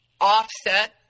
offset